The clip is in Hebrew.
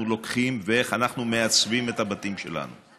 לוקחים ואיך אנחנו מעצבים את הבתים שלנו.